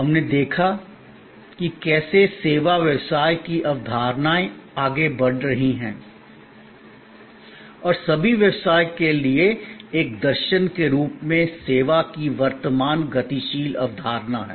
हमने देखा कि कैसे सेवा व्यवसाय की अवधारणाएं आगे बढ़ रही हैं और सभी व्यवसाय के लिए एक दर्शन के रूप में सेवा की वर्तमान गतिशील अवधारणा है